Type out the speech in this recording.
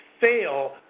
fail